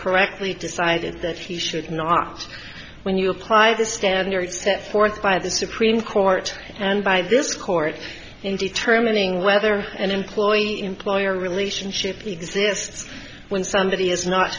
correctly decided that he should not when you apply the standards set forth by the supreme court and by this court in determining whether an employee employer relationship exists when somebody